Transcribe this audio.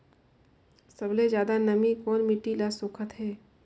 सबले ज्यादा नमी कोन मिट्टी ल सोखत हे?